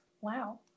Wow